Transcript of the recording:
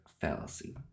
fallacy